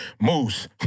Moose